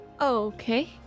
Okay